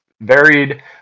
varied